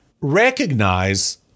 recognize